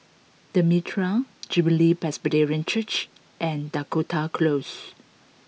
the Mitraa Jubilee Presbyterian Church and Dakota Close